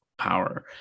power